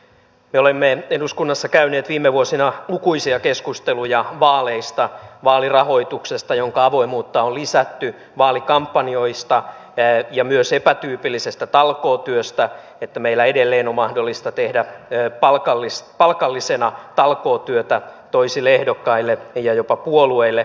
me olemme eduskunnassa käyneet viime vuosina lukuisia keskusteluja vaaleista vaalirahoituksesta jonka avoimuutta on lisätty vaalikampanjoista ja myös epätyypillisestä talkootyöstä eli siitä että meillä edelleen on mahdollista tehdä palkallisena talkootyötä toisille ehdokkaille ja jopa puolueille